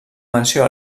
menció